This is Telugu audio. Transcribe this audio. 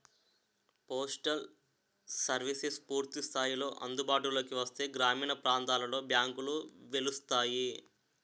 పోస్టల్ సర్వీసెస్ పూర్తి స్థాయిలో అందుబాటులోకి వస్తే గ్రామీణ ప్రాంతాలలో బ్యాంకులు వెలుస్తాయి